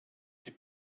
die